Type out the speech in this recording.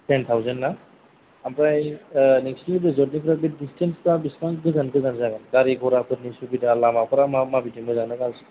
ten thousand ना ओमफ्राय नोंसोरनि रिजर्टनिफ्राय बे दिस्टेन्सआ बेसेबां गोजान गोजान जागोन गारि घराफोरनि सुबिदा लामाफोरा मा माबायदि मोजां ना गाज्रि